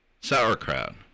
Sauerkraut